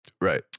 Right